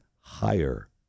higher